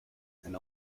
and